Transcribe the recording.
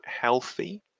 healthy